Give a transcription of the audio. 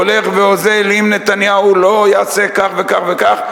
הולך ואוזל אם נתניהו לא יעשה כך וכך וכך,